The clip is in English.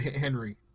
Henry